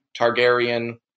Targaryen